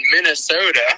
Minnesota